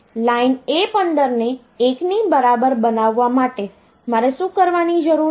line A15 ને 1 ની બરાબર બનાવવા માટે મારે શું કરવાની જરૂર છે